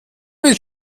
mit